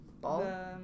Ball